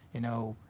you know,